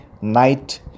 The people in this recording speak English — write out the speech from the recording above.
night